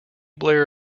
blair